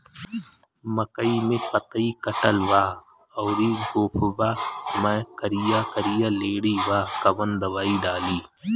मकई में पतयी कटल बा अउरी गोफवा मैं करिया करिया लेढ़ी बा कवन दवाई डाली?